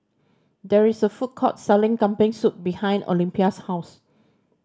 there is a food court selling Kambing Soup behind Olympia's house